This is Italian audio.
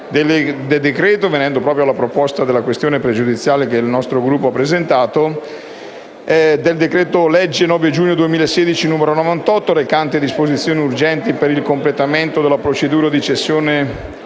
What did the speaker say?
del decreto-legge 9 giugno 2016, n. 98, recante disposizioni urgenti per il completamento della procedura di cessione